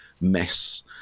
mess